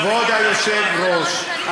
היושב-ראש,